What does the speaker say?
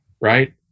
right